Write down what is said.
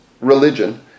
religion